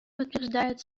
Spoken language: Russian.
подтверждает